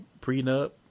prenup